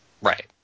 Right